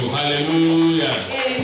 Hallelujah